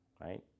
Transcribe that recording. right